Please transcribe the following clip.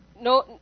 no